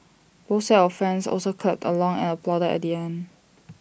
both of fans also clapped along and applauded at the end